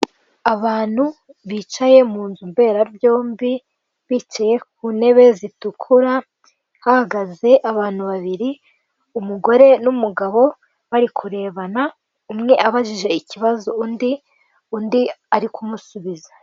Abantu bicaye mu nzu mberabyombi, bicaye ku ntebe zitukura hahagaze abantu babiri, umugore n'umugabo bari kurebana, umwe abajije ikibazo undi ari kumusubiza.